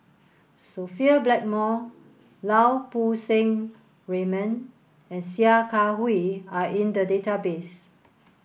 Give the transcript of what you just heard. Sophia Blackmore Lau Poo Seng Raymond and Sia Kah Hui are in the database